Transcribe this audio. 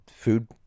food